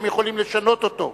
הם יכולים לשנות אותו.